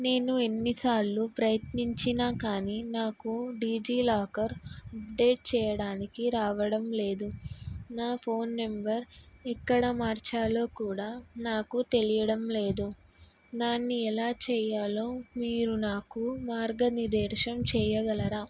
నేను ఎన్నిసార్లు ప్రయత్నించినా కానీ నాకు డిజిలాకర్ అప్డేట్ చెయ్యడానికి రావడం లేదు నా ఫోన్ నెంబర్ ఎక్కడ మార్చాలో కూడా నాకు తెలియడం లేదు దాన్ని ఎలా చెయ్యాలో మీరు నాకు మార్గ నిదేశం చెయ్యగలరా